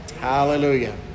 Hallelujah